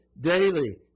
daily